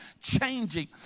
changing